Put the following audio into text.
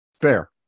Fair